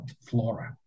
flora